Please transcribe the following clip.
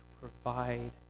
provide